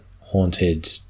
haunted